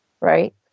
right